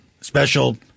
special